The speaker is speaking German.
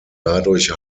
dadurch